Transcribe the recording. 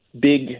big